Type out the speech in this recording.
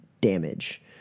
damage